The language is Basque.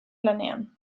lanean